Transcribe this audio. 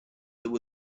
there